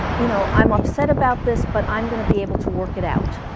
you know, i'm upset about this but i'm gonna be able to work it out